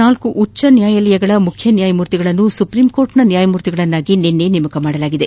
ನಾಲ್ಕು ಉಚ್ಲನ್ಯಾಯಾಲಯಗಳ ಮುಖ್ಯ ನ್ಯಾಯಮೂರ್ತಿಗಳನ್ನು ಸುಪ್ರೀಂಕೋರ್ಟ್ನ ನ್ನಾಯಮೂರ್ತಿಗಳನ್ನಾಗಿ ನಿನ್ನೆ ನೇಮಕ ಮಾಡಲಾಗಿದೆ